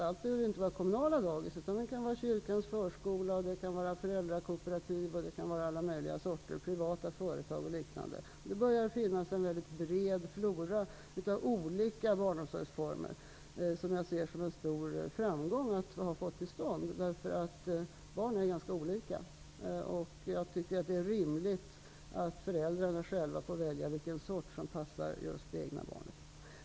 Allt behöver inte vara kommunala dagis, utan det kan vara kyrkans förskola, föräldrakooperativ, privata företag och liknande. Det börjar finnas en bred flora av olika barnomsorgsformer, och jag ser det som en stor framgång att vi har fått till stånd detta. Barn är nämligen ganska olika, och det är rimligt att föräldrarna själva får välja vilken sort som passar det egna barnet.